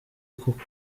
koko